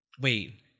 Wait